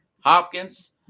Hopkins